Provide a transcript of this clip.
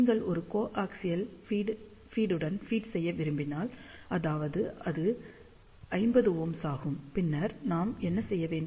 நீங்கள் ஒரு கோஆக்சியல் ஃபீட்டுடன் ஃபீட் செய்ய விரும்பினால் அதாவது இது 50Ω ஆகும் பின்னர் நாம் என்ன செய்ய வேண்டும்